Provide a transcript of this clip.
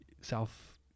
South